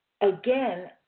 again